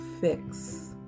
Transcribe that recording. fix